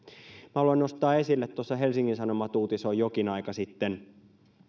haluan nostaa esille että tuossa helsingin sanomat uutisoi jokin aika sitten